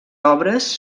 obres